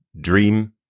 dream